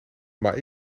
maar